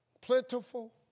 plentiful